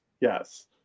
yes